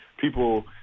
people